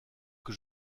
que